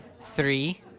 Three